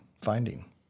finding